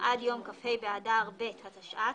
חצי שנה זה פרק זמן שהוא די והותר לבחון ולראות.